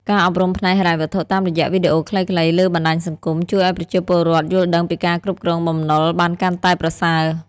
ការអប់រំផ្នែកហិរញ្ញវត្ថុតាមរយៈវីដេអូខ្លីៗលើបណ្ដាញសង្គម ជួយឱ្យប្រជាពលរដ្ឋយល់ដឹងពីការគ្រប់គ្រងបំណុលបានកាន់តែប្រសើរ។